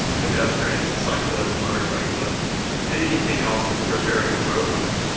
ah pedestrians, cyclists, motorcyclists and anything else that we're sharing the road with.